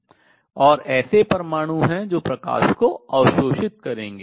और ऐसे परमाणु हैं जो प्रकाश को अवशोषित करेंगे